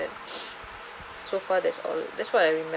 that so far that's all that's what I remember